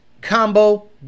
combo